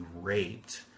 raped